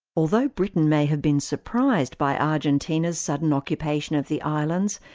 although britain may have been surprised by argentina's sudden occupation of the islands,